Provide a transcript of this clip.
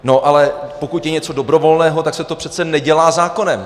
No ale pokud je něco dobrovolného, tak se to přece nedělá zákonem.